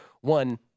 one